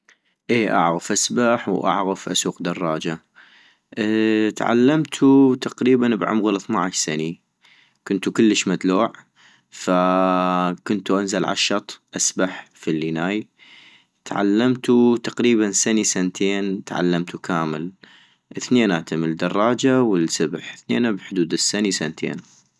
اي اعغف اسبح واعغف اسوق دراجة - تعلمتو تقريبا بعمغ الثنعش سني ، كنتو كلش مدلوع، فكنتو انزل عالشط اسبح بفليناي ، تعلمتو تقريبا سني سنتين تعلمتو كامل ثنيناتم الدراجة والسبح ثنينم بحدود السني سنتين